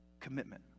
Commitment